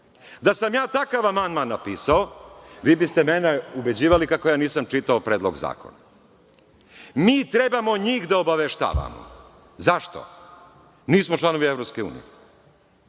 sam ja takav amandman napisao, vi biste mene ubeđivali kako ja nisam čitao Predlog zakona. Mi trebamo njih da obaveštavamo. Zašto? Nismo članovi EU. Koju